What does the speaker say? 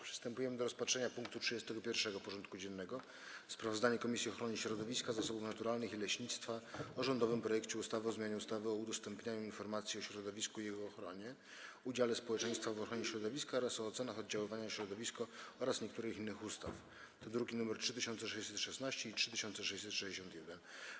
Przystępujemy do rozpatrzenia punktu 31. porządku dziennego: Sprawozdanie Komisji Ochrony Środowiska, Zasobów Naturalnych i Leśnictwa o rządowym projekcie ustawy o zmianie ustawy o udostępnianiu informacji o środowisku i jego ochronie, udziale społeczeństwa w ochronie środowiska oraz o ocenach oddziaływania na środowisko oraz niektórych innych ustaw (druki nr 3616 i 3661)